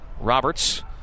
Roberts